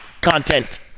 content